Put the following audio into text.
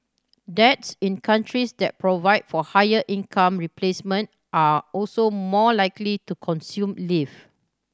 dads in countries that provide for higher income replacement are also more likely to consume leave